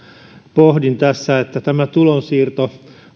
pohdin tässä että tämä tulonsiirto